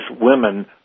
women